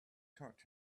taught